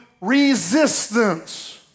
resistance